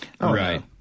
Right